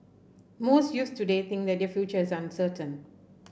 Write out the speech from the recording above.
most youths today think that their future is uncertain